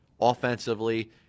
offensively